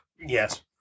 Yes